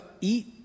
eat